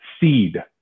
seed